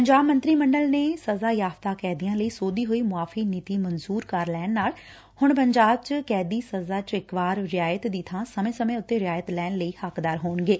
ਪੰਜਾਬ ਮੰਤਰੀ ਮੰਡਲ ਨੇ ਸਜ਼ਾ ਯਾਫ਼ਤਾ ਕੈਦੀਆਂ ਲਈ ਸੋਧੀ ਹੋਈ ਮੁਆਫ਼ੀ ਨੀਤੀ ਮਨਜੁਰ ਕਰ ਲੈਣ ਨਾਲ ਹੁਣ ਪੰਜਾਬ ਵਿਚ ਕੈਦੀ ਸਜ਼ਾ ਚ ਇਕ ਵਾਰ ਰਿਵਾਇਤ ਦੀ ਥਾ ਸਮੇ ਸਮੇ ਉਤੇ ਰਿਆਇਤ ਲੈਣ ਲਈ ਹੱਕਦਾਰ ਹੋਣਗੇ